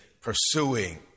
pursuing